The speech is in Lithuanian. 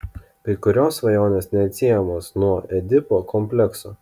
kai kurios svajonės neatsiejamos nuo edipo komplekso